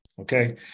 okay